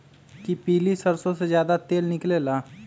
कि पीली सरसों से ज्यादा तेल निकले ला?